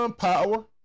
Power